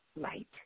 light